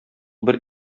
бер